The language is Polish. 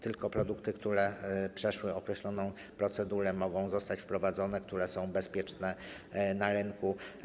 Tylko produkty, które przeszły określoną procedurę, mogą zostać wprowadzone, które są bezpieczne na rynku.